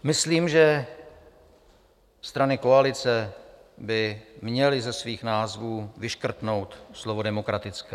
Myslím, že strany koalice by měly ze svých názvů vyškrtnout slovo demokratické.